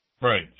Right